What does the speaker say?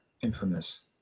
infamous